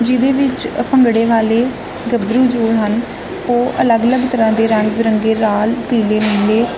ਜਿਹਦੇ ਵਿੱਚ ਭੰਗੜੇ ਵਾਲੇ ਗੱਭਰੂ ਜੋ ਹਨ ਉਹ ਅਲੱਗ ਅਲੱਗ ਤਰ੍ਹਾਂ ਦੇ ਰੰਗ ਬਿਰੰਗੇ ਲਾਲ ਪੀਲੇ ਨੀਲੇ